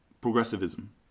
progressivism